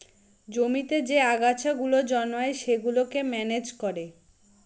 জমিতে যে আগাছা গুলো জন্মায় সেগুলোকে ম্যানেজ করে